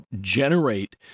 generate